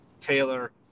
Taylor